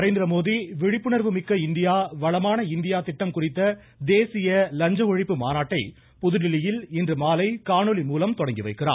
நரேந்திரமோடி விழிப்புணர்வு மிக்க இந்தியா வளமான இந்தியா திட்டம் குறித்த தேசிய லஞ்ச ஒழிப்பு மாநாட்டை புதுதில்லியில் இன்று மாலை காணொலி மூலம் தொடங்கி வைக்கிறார்